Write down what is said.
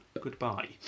Goodbye